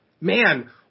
man